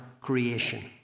creation